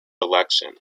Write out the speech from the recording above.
election